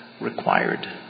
required